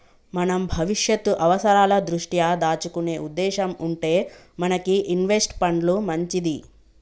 మనం భవిష్యత్తు అవసరాల దృష్ట్యా దాచుకునే ఉద్దేశం ఉంటే మనకి ఇన్వెస్ట్ పండ్లు మంచిది